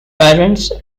parents